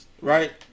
right